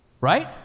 right